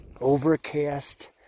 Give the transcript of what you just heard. overcast